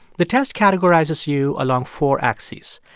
the test categorizes you along four axes.